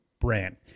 brand